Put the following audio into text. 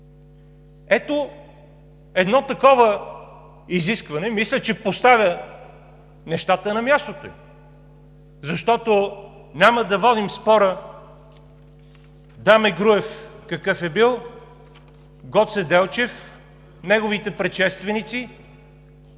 Ето едно такова изискване, мисля, че поставя нещата на мястото им, защото няма да водим спора Даме Груев какъв е бил, Гоце Делчев, неговите предшественици,